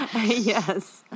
Yes